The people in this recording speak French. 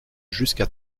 jusqu’à